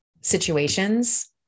situations